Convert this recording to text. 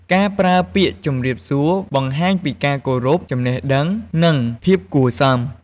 ការប្រើពាក្យ "ជម្រាបសួរ" បង្ហាញពីការគោរព ចំណេះដឹង និង ភាពគួរសម។